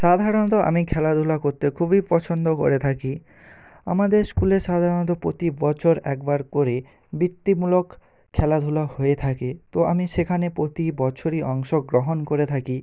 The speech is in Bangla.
সাধারণত আমি খেলাধুলা করতে খুবই পছন্দ করে থাকি আমাদের স্কুলে সাধারণত প্রতি বছর একবার করে বৃত্তিমূলক খেলাধুলা হয়ে থাকে তো আমি সেখানে প্রতি বছরই অংশগ্রহণ করে থাকি